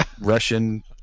Russian